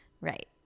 Right